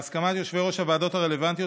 בהסכמת יושבי-ראש הוועדות הרלוונטיות,